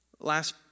Last